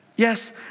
Yes